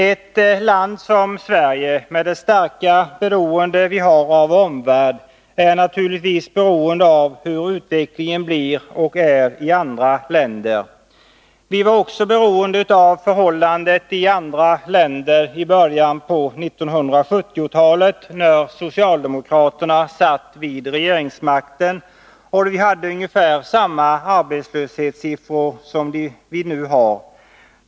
Ett land som Sverige, med vårt starka beroende av omvärlden, påverkas givetvis i stor utsträckning av hur utvecklingen är och blir i andra länder. Vi var också beroende av förhållandet i andra länder i början av 1970-talet, när socialdemokraterna satt vid regeringsmakten och då vi hade ungefär samma arbetslöshetssiffror som de vi nu har.